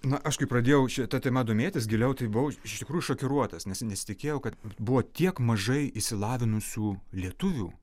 na aš kai pradėjau šia ta tema domėtis giliau tai buvau iš tikrųjų šokiruotas nes nesitikėjau kad buvo tiek mažai išsilavinusių lietuvių